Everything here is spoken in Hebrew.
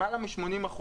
למעלה מ-80%.